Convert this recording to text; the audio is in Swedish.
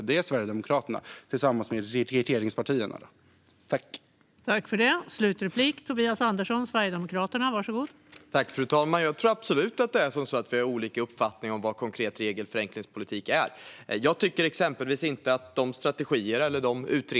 Det är Sverigedemokraterna tillsammans med regeringspartierna som gör det.